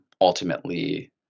ultimately